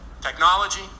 Technology